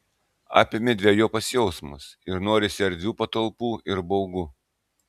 apėmė dvejopas jausmas ir norisi erdvių patalpų ir baugu